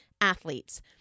athletes